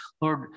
Lord